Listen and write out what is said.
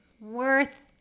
Worth